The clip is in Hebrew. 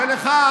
ולך,